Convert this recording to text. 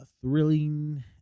thrilling